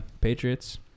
Patriots